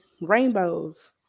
rainbows